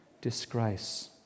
disgrace